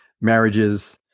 marriages